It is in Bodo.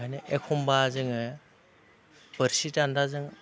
बेखायनो एखमब्ला जोंङो बोरसि दान्दाजों